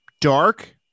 dark